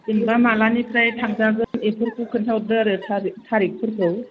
जेनबा माब्लानिफ्राय थांजागोन बेफोरखौ खोन्थाहरदो आरो थारिगफोरखौ